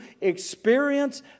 experience